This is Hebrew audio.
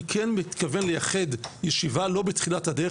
אני כן מתכוון לייחד ישיבה לא בתחילת הדרך,